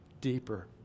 deeper